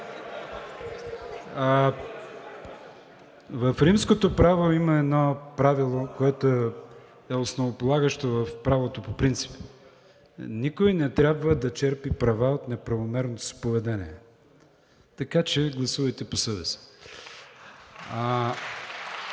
В Римското право има едно правило, което е основополагащо в правото по принцип: никой не трябва да черпи права от неправомерното си поведение, така че гласувайте по съвест.